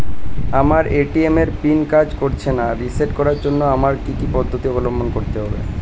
আমার এ.টি.এম এর পিন কাজ করছে না রিসেট করার জন্য আমায় কী কী পদ্ধতি অবলম্বন করতে হবে?